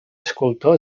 escultor